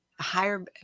higher